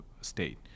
state